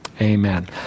amen